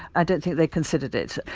ah don't think they considered it.